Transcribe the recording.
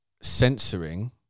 censoring